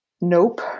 Nope